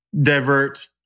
divert